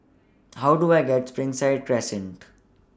How Do I get to Springside Crescent